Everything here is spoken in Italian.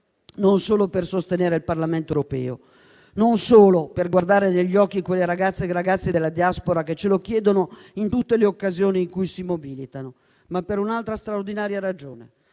non solo per sostenere il Parlamento europeo, non solo per guardare negli occhi le ragazze e i ragazzi della diaspora, che ce lo chiedono in tutte le occasioni in cui si mobilitano, ma per un'altra straordinaria ragione.